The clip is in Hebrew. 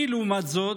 אני, לעומת זאת,